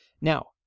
Now